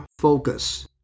focus